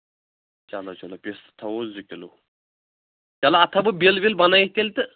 چلو چلو پِستہٕ تھاوَو زٕ کِلوٗ چلو اَتھ تھاوٕ بہٕ بِل وِل بَنٲوِتھ تیٚلہِ تہٕ